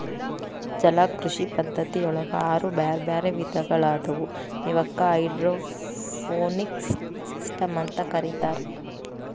ಜಲಕೃಷಿ ಪದ್ಧತಿಯೊಳಗ ಆರು ಬ್ಯಾರ್ಬ್ಯಾರೇ ವಿಧಗಳಾದವು ಇವಕ್ಕ ಹೈಡ್ರೋಪೋನಿಕ್ಸ್ ಸಿಸ್ಟಮ್ಸ್ ಅಂತ ಕರೇತಾರ